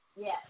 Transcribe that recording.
Yes